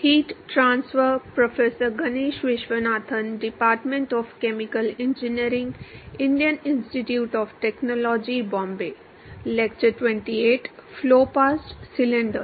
इसलिए हम अगले विषय पर जाने वाले हैं फ्लो पास्ट सिलेंडर